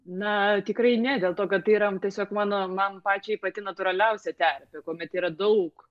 na tikrai ne dėl to kad tai yra tiesiog mano man pačiai pati natūraliausia terpė kuomet yra daug